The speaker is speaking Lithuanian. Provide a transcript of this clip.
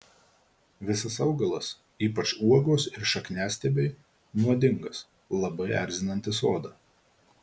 visas augalas ypač uogos ir šakniastiebiai nuodingas labai erzinantis odą